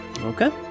Okay